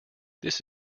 this